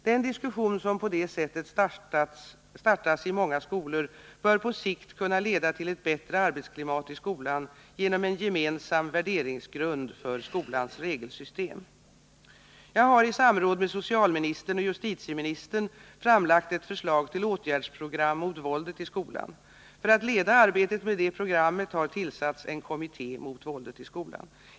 Den diskussion som på detta sätt startas i många skolor bör på sikt kunna leda till ett bättre arbetsklimat i skolan genom en gemensam värderingsgrund för skolans regelsystem. Jag har i samråd med socialministern och justitieministern framlagt ett förslag till åtgärdsprogram mot våldet i skolan. För att leda arbetet med detta program har tillsatts en kommitté mot våldet i skolan.